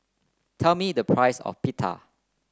tell me the price of Pita